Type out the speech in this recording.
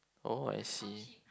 oh I see